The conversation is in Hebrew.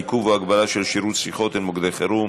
עיכוב או הגבלה של שירות שיחות אל מוקדי חירום).